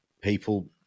people